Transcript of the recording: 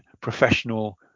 professional